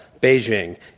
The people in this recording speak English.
Beijing